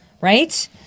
right